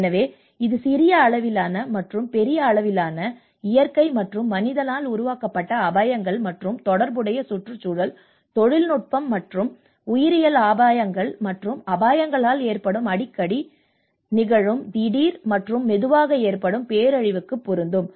எனவே இது சிறிய அளவிலான மற்றும் பெரிய அளவிலான இயற்கை மற்றும் மனிதனால் உருவாக்கப்பட்ட அபாயங்கள் மற்றும் தொடர்புடைய சுற்றுச்சூழல் தொழில்நுட்ப மற்றும் உயிரியல் அபாயங்கள் மற்றும் அபாயங்களால் ஏற்படும் அடிக்கடி மற்றும் அடிக்கடி நிகழும் திடீர் மற்றும் மெதுவாக ஏற்படும் பேரழிவுக்கு பொருந்தும்